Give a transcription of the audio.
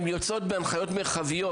הן יוצאות בהנחיות מרחביות,